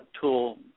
tool